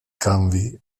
canvi